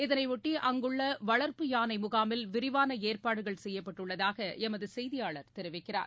இதனைபொட்டி அங்குள்ள வளர்ப்பு யானை முகாமில் விரிவான ஏற்பாடுகள் செய்யப்பட்டுள்ளதாக எமது செயதியாளர் தெரிவிக்கிறார்